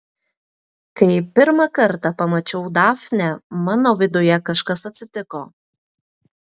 kai pirmą kartą pamačiau dafnę mano viduje kažkas atsitiko